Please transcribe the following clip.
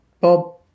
Bob